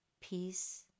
peace